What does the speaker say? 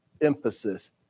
emphasis